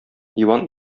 иван